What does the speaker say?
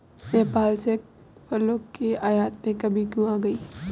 नेपाल से फलों के आयात में कमी क्यों आ गई?